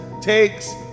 takes